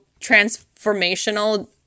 transformational